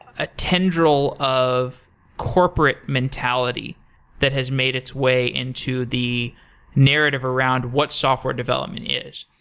ah tendril of corporate mentality that has made its way into the narrative around what software development is.